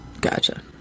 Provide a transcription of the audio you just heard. Gotcha